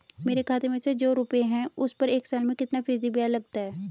मेरे खाते में जो रुपये हैं उस पर एक साल में कितना फ़ीसदी ब्याज लगता है?